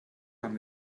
haben